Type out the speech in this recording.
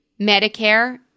Medicare